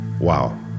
wow